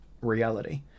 reality